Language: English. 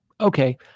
okay